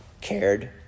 cared